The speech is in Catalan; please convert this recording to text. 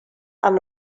amb